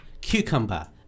cucumber